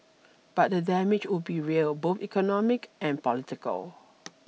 but the damage would be real both economic and political